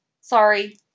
Sorry